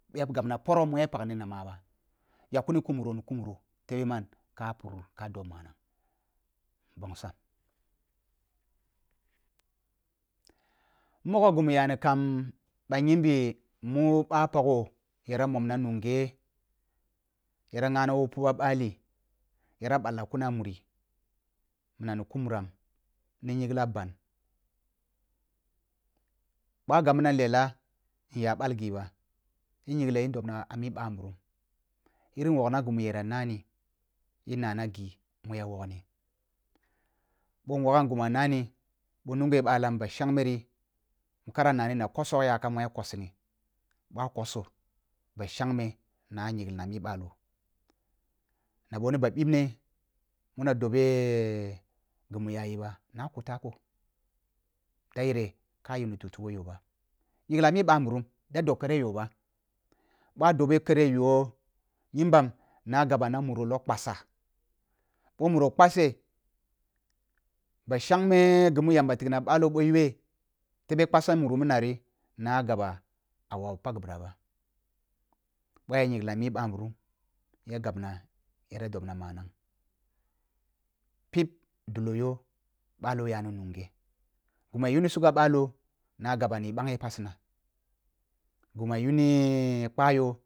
Ya gabna poro mu ya pakni na maba yak kuni kumuro ni kumuro tebe man puroh ka dob manang nbongsan. Mu mogho ghi mu yani kan ba yimbi mu ba pagho yara momma nunghe yara ngha na bo puba ɓali yera ɓal na kun ah muri minam ni ku muram ni nyingla ban ɓau gabna lela nya ɓal ghi ba in yingla in do ba mi ɓa nburum yirin wogha ghi mu ya nani ghi mu ya nani boh nungh balan ba shengme ri kara nnani na kosook yakam ma kosini boh ah koso ba shengme na nyingli na ah mi balo na ɓoh ni ba ɓibne muna dobe ghi mu yaji ba na kuta ko da yere ka jinu tutu woh yoh ɓa nyingla mih bah nburum da dob kare yoh ba boh ah doho kere yoh nyambam na gabo na muro nona kpasa ɓoh muro kpaseh ba shangme ghi mu yamba tigne a balo boh yweh tebe kpasi muru minnari na gaba ah wawu pag ghi ɓira ɓa boh ah yinglina mi ba nburum ya gabna yara dobna manang pip dulo yoh ɓaoh yani nunghe gimu ya yuni sugah ɓaloh na gaɓa ni nbanghe pasina ghu mu’ah yuni kpa yoh.